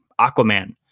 Aquaman